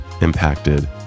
impacted